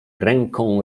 ręką